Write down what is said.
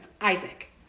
Isaac